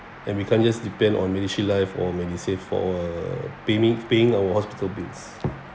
and we can't just depend on medishield life or medisave for our paying paying our hospital bills